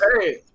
Hey